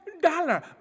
dollar